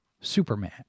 Superman